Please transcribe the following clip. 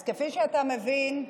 אז כפי שאתה מבין,